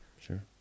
Sure